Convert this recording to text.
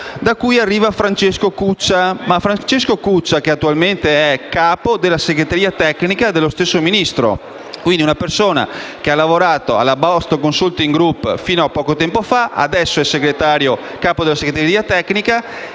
da cui arriva Francesco Cuccia, attualmente capo della segreteria tecnica dello stesso Ministro. Quindi, una persona che ha lavorato alla Boston Consulting Group fino a poco tempo fa adesso è capo della segreteria tecnica,